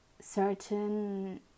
certain